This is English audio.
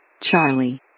Charlie